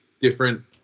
different